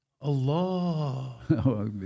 Allah